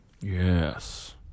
Yes